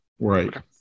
Right